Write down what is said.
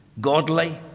godly